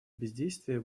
бездействия